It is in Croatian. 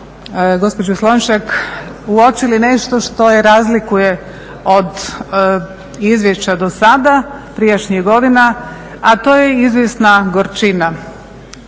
gospođo Slonjšak uočili nešto što je razlikuje od izvješća do sada, prijašnjih godina a to je izvjesna gorčina